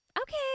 okay